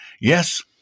yes